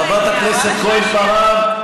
חברת הכנסת כהן-פארן,